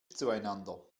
zueinander